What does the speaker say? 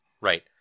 Right